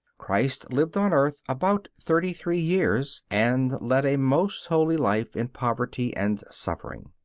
christ lived on earth about thirty-three years, and led a most holy life in poverty and suffering.